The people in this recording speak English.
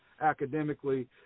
academically